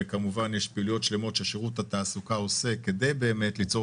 כמובן שיש פעילויות שלמות ששירות התעסוקה עושה כדי ליצור